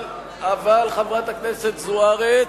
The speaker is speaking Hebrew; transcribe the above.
אבל, חברת הכנסת זוארץ,